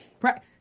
right